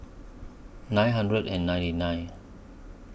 nine hundred and ninety nine